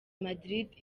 madrid